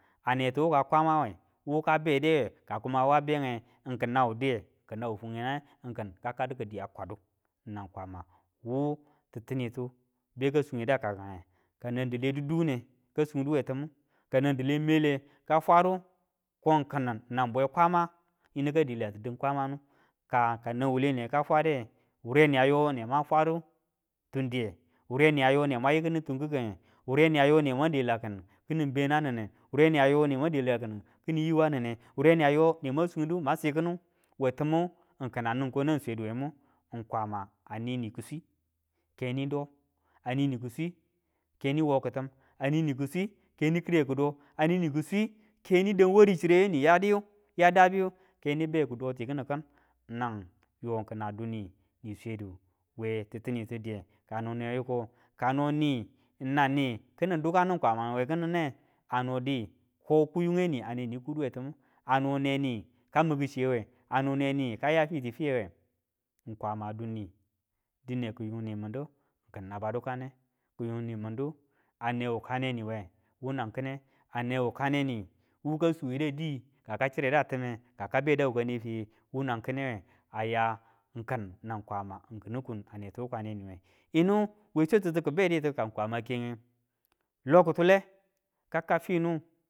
Ane ti wuka kwamawe wu ka bedew ka wa benge, kin nau wu diye kin nau wu fine nange ng kin ka kadu kidiya kwadu. Nang kwama wu titinitu beka sungedu a kaku kango, kanandi dile didune ka sunduwe timu, ka nan dile mele ka fwa ka fwadu ko kin nang bwe kwama yinu ka delatu din kwamanu, ka kanang wuwule niye ka fwade, wureni yo neman fwadu diye wureni ayo nemwan yi kini kikange, wure ni yo ne mwan delakini kini bena nine wure ni a yo nemwan dekakinei kini yiwa nine, wureni yo nemwau sundi inwan si kini we timu kina nin ko anng swedu wemu, ng kwama a nini kiswi keni do a nini kiswi keni wo kitim a nini kiswi keni kire kido a nini kiswi keni, dang wari chireyu ni ya diyu keni be kido tikini kin. Nan yo kin a dui ni msweduwe titimitu diye kano newe yuko, kano ni nan ni kini du kana, kwama we kininne, ano di ko kiyunge ni neni kudu we timu, ano aneni ki mi ku chiye we, a neni kaya fiti fiyewa, ng kwama duni dine kiyuni mindu ng kin naba dukane ki yunni mindu a ne wukane niwe wu nang kine ane wukane ni wunan kine muka suwe da di ka ka chire da time, ka ka be da wukane fiye wu mamg kinewe, a ya kin nang kwama kinin kun nata wakani we yinu we swatitu ki be ditu ka kwama kenge lokutule ka kau finu